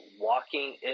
walking